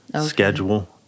schedule